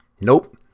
Nope